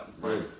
Right